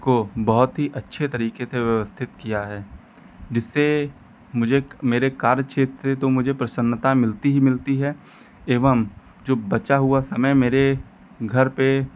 को बहुत ही अच्छे तरीके से व्यवस्थित किया है जिससे मुझे मेरे कार्य क्षेत्र से तो मुझे प्रसन्नता मिलती ही मिलती है एवं जो बचा हुआ समय मेरे घर पे